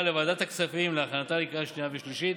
לוועדת הכספים להכנתה לקריאה שנייה ושלישית.